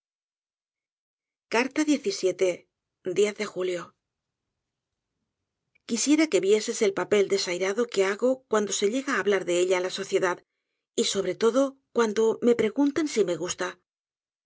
de julio quisiera que vieses el papel desairado que hago cuando se llega á hablar de ella en la sociedad y sobre todo cuando me preguntan si me gusta